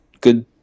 good